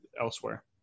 elsewhere